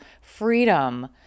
freedom